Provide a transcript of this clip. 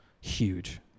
huge